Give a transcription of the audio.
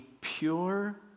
pure